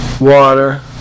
Water